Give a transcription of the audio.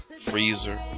freezer